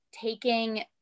taking